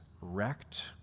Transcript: wrecked